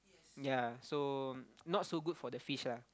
ya so not so good for the fish lah